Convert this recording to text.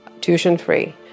tuition-free